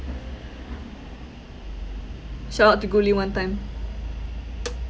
shout out to guli one time